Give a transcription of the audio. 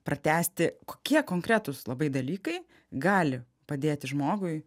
pratęsti kokie konkretūs labai dalykai gali padėti žmogui